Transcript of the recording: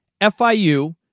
FIU